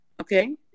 Okay